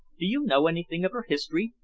do you know anything of her history?